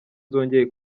zongeye